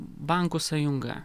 bankų sąjunga